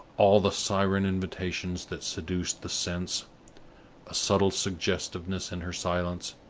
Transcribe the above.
all the siren invitations that seduce the sense a subtle suggestiveness in her silence,